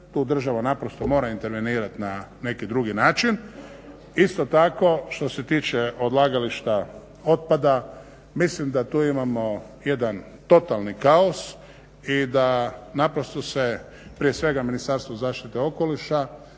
tu država mora intervenirati na neki drugi način. Isto tako što se tiče odlagališta otpada. Mislim da tu imamo jedan totalni kaos i da se prije svega Ministarstvo zaštite okoliša